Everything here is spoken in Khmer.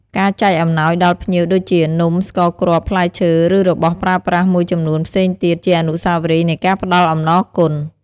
ការចែកអំណោយដល់ភ្ញៀវដូចជានំ ស្ករគ្រាប់ ផ្លែឈើ ឬរបស់ប្រើប្រាស់មួយចំនួនផ្សេងទៀត ជាអនុស្សាវរីយ៍នៃការផ្តល់អំណរគុណ។